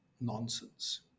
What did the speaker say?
nonsense